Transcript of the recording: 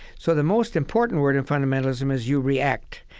so the most important word in fundamentalism is you react.